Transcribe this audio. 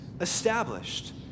established